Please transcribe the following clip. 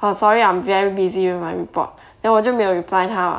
oh sorry I'm very busy with my report then 我就没有 reply 他